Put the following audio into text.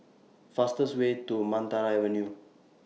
fastest Way to Maranta Avenue